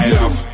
love